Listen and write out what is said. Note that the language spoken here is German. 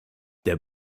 der